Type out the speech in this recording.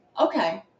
Okay